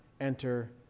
enter